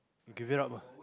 you give it up lah